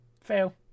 Fail